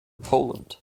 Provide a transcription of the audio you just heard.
poland